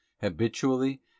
habitually